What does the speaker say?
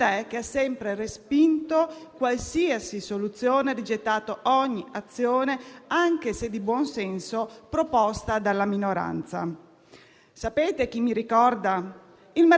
Sapete chi mi ricorda? Il marchese del Grillo, quando con il suo sorriso *snob* si atteggiava rispetto alla gente ritenuta inferiore, e vi risparmio la citazione.